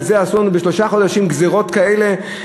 אם בשלושה חודשים עשו לנו גזירות כאלה,